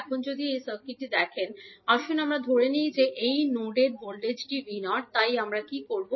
এখন আপনি যদি এই সার্কিটটি দেখেন আসুন আমরা ধরে নিই যে এই নোডের ভোল্টেজটি 𝐕0 তাই আমরা কী করব